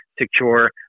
secure